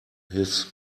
his